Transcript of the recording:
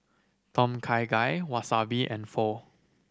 Tom Kha Gai Wasabi and Pho